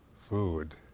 food